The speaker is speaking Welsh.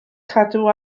cadw